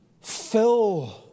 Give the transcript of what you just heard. fill